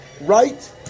right